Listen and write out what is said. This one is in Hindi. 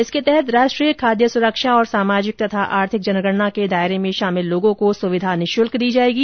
इसके तहत राष्ट्रीय खाद्य सुरक्षा और सामाजिक तथा आर्थिक जनगणना के दायरे में शामिल लोगों को सुविधा निःशुल्क दी जाएगी